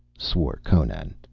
swore conan.